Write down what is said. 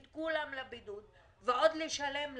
את כולם לבידוד ועוד לשלם להם?